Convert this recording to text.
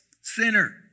sinner